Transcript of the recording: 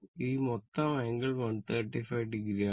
ഈ മൊത്തം angle 135 o ആണ്